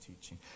teaching